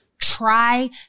Try